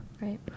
right